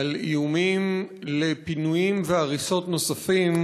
על איומים על פינויים והריסות נוספים